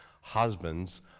Husbands